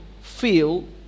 feel